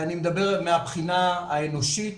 ואני מדבר מהבחינה האנושית,